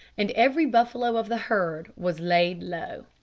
and every buffalo of the herd was laid low.